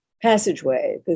passageway